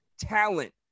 talent